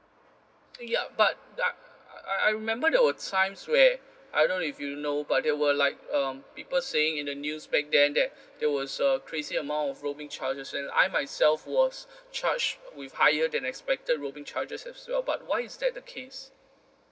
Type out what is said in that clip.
ya but I I I remember there were times where I don't know if you know but there were like um people saying in the news back then that there were uh crazy amount of roaming charges and I myself was charged with higher than expected roaming charges as well but why is that the case